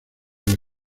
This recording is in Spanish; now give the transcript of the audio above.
del